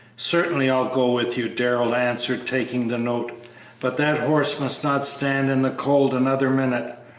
certainly, i'll go with you, darrell answered, taking the note but that horse must not stand in the cold another minute.